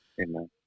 Amen